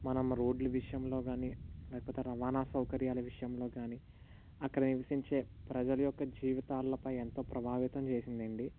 మనం రోడ్ల విషయంలో గాని లేకపోతే రవాణా సౌకర్యాల విషయంలో కానీ అక్కడ నివసించే ప్రజల యొక్క జీవితాలపై ఎంతో ప్రభావితం చేసిందండి